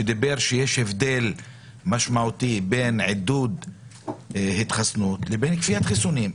שדיבר על כך שיש הבדל משמעותי בין עידוד להתחסנות לבין כפיית חיסונים.